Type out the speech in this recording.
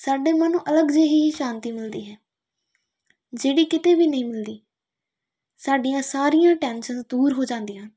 ਸਾਡੇ ਮਨ ਨੂੰ ਅਲੱਗ ਜਿਹੀ ਹੀ ਸ਼ਾਂਤੀ ਮਿਲਦੀ ਹੈ ਜਿਹੜੀ ਕਿਤੇ ਵੀ ਨਹੀਂ ਮਿਲਦੀ ਸਾਡੀਆਂ ਸਾਰੀਆਂ ਟੈਂਸ਼ਨਸ ਦੂਰ ਹੋ ਜਾਂਦੀਆਂ ਹਨ